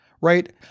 Right